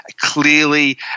clearly